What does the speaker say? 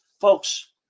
Folks